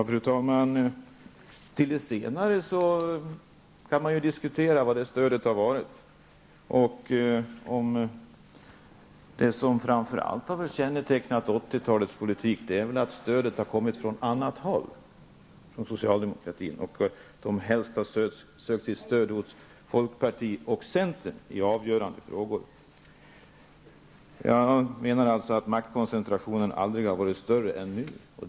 Fru talman! Med anledning av det som sist sades vill jag framhålla att det kan diskuteras varifrån stödet har kommit. Det som framför allt har kännetecknat 1980-talets politik är väl att stödet till socialdemokratin har kommit från annat håll. Den har i avgörande frågor helst sökt sitt stöd hos folkpartiet och centern. Jag menar alltså att maktkoncentrationen aldrig har varit större än nu.